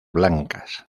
blancas